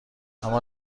اما